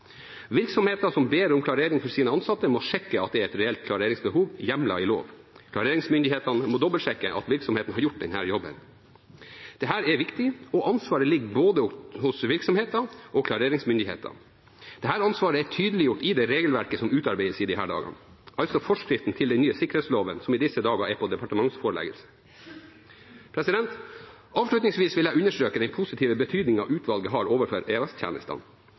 klareringsbehov, hjemlet i lov. Klareringsmyndighetene må dobbeltsjekke at virksomheten har gjort denne jobben. Dette er viktig, og ansvaret ligger hos både virksomhetene og klareringsmyndighetene. Dette ansvaret er tydeliggjort i det regelverket som utarbeides i disse dager, altså forskriften til den nye sikkerhetsloven som i disse dager er forelagt departementet. Avslutningsvis vil jeg understreke den positive betydningen utvalget har overfor